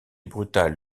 brutale